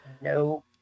No